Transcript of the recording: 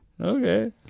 okay